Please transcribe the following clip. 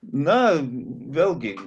na vėlgi